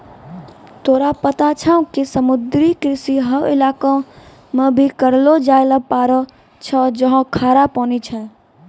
तोरा पता छौं कि समुद्री कृषि हौ इलाका मॅ भी करलो जाय ल पारै छौ जहाँ खारा पानी छै